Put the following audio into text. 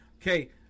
okay